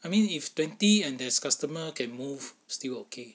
I mean if twenty and the customer can move still okay